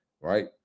right